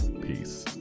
Peace